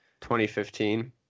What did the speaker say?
2015